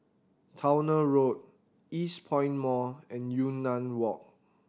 Towner Road Eastpoint Mall and Yunnan Walk